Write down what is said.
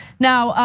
now,